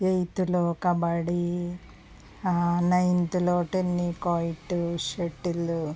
ఎయిత్లో కబడ్డీ నైన్త్లో tennikoit shuttle